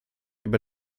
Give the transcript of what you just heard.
über